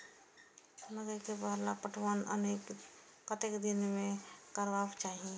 मकेय के पहिल पटवन कतेक दिन में करबाक चाही?